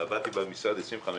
עבדתי במשרד 25 שנים.